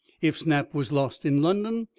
if snap was lost in london,